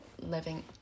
living